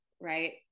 right